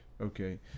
okay